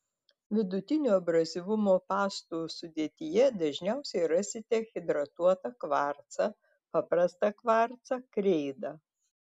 vidutinio abrazyvumo pastų sudėtyje dažniausiai rasite hidratuotą kvarcą paprastą kvarcą kreidą